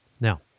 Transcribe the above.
Now